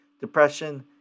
Depression